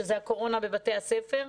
שזה הקורונה בבתי הספר.